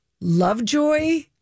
Lovejoy